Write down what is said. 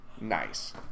nice